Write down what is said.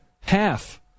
half